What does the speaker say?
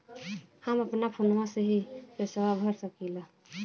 हम अपना फोनवा से ही पेसवा भर सकी ला?